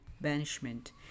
banishment